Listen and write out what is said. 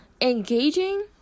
Engaging